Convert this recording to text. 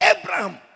Abraham